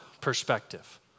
perspective